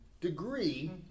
degree